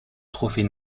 trophée